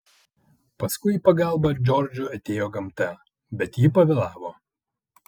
paskui į pagalbą džordžui atėjo gamta bet ji pavėlavo